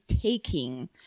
taking